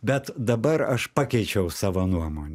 bet dabar aš pakeičiau savo nuomon